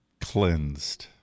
cleansed